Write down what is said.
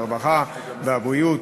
הרווחה והבריאות